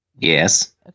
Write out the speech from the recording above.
Yes